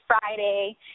Friday